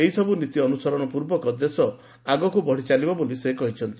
ଏହିସବୁ ନୀତି ଅନୁସରଣ ପୂର୍ବକ ଦେଶ ଆଗକୁ ବଢ଼ି ଚାଲିବ ବୋଲି ସେ କହିଛନ୍ତି